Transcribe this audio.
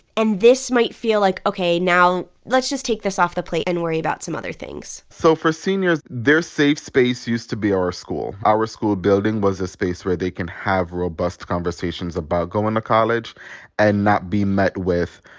and this might feel like, ok, now let's just take this off the plate and worry about some other things so for seniors, their safe space used to be our school. our school building was a space where they can have robust conversations about going to college and not be met with,